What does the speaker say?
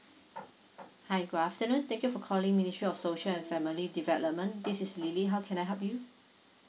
hi good afternoon thank you for calling ministry of social and family development this is lily how can I help you